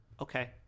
Okay